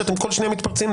כשאתם בכל שנייה מתפרצים.